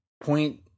Point